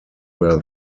were